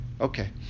Okay